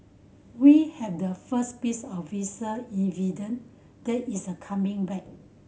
we have the first piece of visual evidence that is a coming back